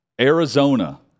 Arizona